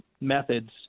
methods